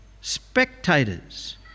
spectators